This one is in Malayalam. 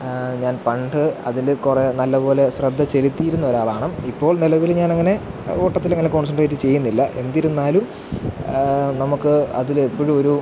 ഞാൻ പണ്ട് അതില് കുറേ നല്ല പോലെ ശ്രദ്ധ ചെലുത്തിയിരുന്നൊരാളാണ് ഇപ്പോൾ നിലവില് ഞാനങ്ങനെ ഓട്ടത്തിലങ്ങനെ കോൺസെൻട്രേറ്റ് ചെയ്യുന്നില്ല എന്തിരുന്നാലും നമുക്ക് അതിലെപ്പെഴുമൊരു